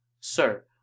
Sir